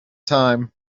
time